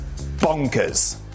bonkers